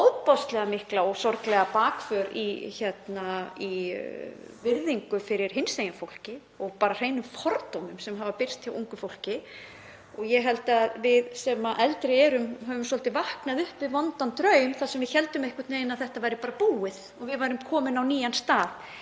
og sorglega afturför í virðingu fyrir hinsegin fólki og hreina fordóma sem hafa birst hjá ungu fólki. Ég held að við sem eldri erum höfum svolítið vaknað upp við vondan draum þar sem við héldum einhvern veginn að þetta væri bara búið og við værum komin á nýjan stað.